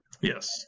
Yes